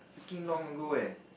freaking long ago eh